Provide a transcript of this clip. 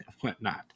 whatnot